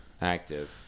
Active